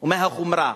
ומהחומרה